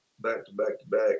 back-to-back-to-back